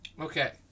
Okay